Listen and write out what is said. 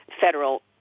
federal